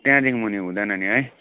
त्यहाँदेखि मुनि हुँदैन नि है